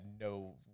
no